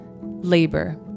Labor